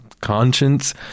conscience